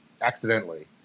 accidentally